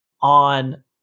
on